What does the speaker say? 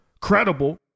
credible